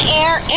air